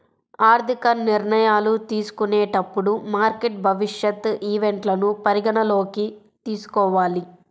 ఆర్థిక నిర్ణయాలు తీసుకునేటప్పుడు మార్కెట్ భవిష్యత్ ఈవెంట్లను పరిగణనలోకి తీసుకోవాలి